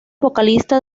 vocalista